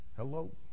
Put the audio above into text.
Hello